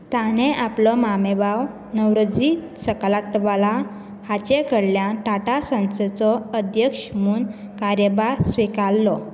ताणें आपलो मामेभाव नवरोजी सकलातवाला हाचे कडल्यान टाटा संस्थेचो अध्यक्ष म्हूण कार्यभार स्विकारलो